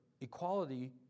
equality